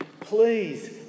Please